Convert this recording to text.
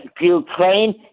Ukraine